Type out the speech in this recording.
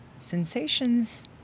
Sensations